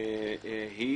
היא